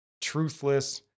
truthless